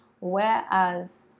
whereas